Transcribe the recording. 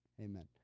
Amen